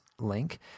link